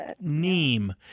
neem